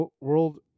World